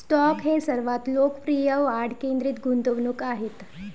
stock हे सर्वात लोकप्रिय वाढ केंद्रित गुंतवणूक आहेत